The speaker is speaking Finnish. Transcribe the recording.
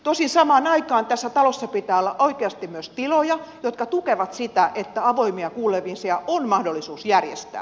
tosin samaan aikaan tässä talossa pitää olla oikeasti myös tiloja jotka tukevat sitä että avoimia kuulemisia on mahdollisuus järjestää